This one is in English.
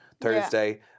Thursday